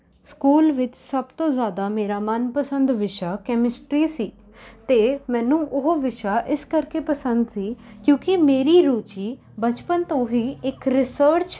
school ਵਿੱਚ ਸਭ ਤੋਂ ਜ਼ਿਆਦਾ ਮੇਰਾ ਮਨਪਸੰਦ ਵਿਸ਼ਾ ਕੈਮਿਸਟਰੀ ਸੀ ਅਤੇ ਮੈਨੂੰ ਉਹ ਵਿਸ਼ਾ ਇਸ ਕਰਕੇ ਪਸੰਦ ਸੀ ਕਿਉਂਕਿ ਮੇਰੀ ਰੁਚੀ ਬਚਪਨ ਤੋਂ ਹੀ ਇੱਕ ਰਿਸਰਚ